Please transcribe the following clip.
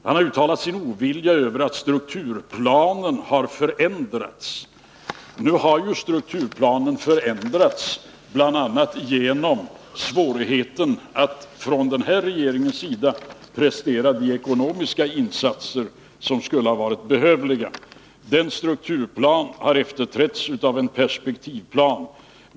Han har uttalat sin ovilja mot att strukturplanen har förändrats. Nu har ju strukturplanen förändrats bl.a. som en följd av svårigheten att från den här regeringens sida prestera de ekonomiska insatser som skulle ha varit behövliga. Den strukturplanen har efterträtts av en perspektivplan.